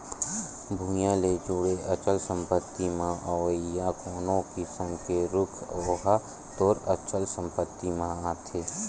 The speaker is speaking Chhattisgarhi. भुइँया ले जुड़े अचल संपत्ति म अवइया कोनो किसम के रूख ओहा तोर अचल संपत्ति म आथे